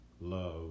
love